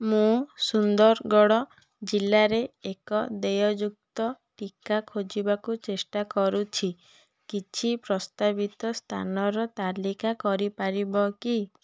ମୁଁ ସୁନ୍ଦରଗଡ଼ ଜିଲ୍ଲାରେ ଏକ ଦେୟଯୁକ୍ତ ଟୀକା ଖୋଜିବାକୁ ଚେଷ୍ଟା କରୁଛି କିଛି ପ୍ରସ୍ତାବିତ ସ୍ଥାନର ତାଲିକା କରିପାରିବ କି